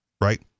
right